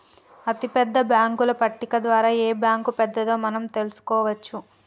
అతిపెద్ద బ్యేంకుల పట్టిక ద్వారా ఏ బ్యాంక్ పెద్దదో మనం తెలుసుకోవచ్చు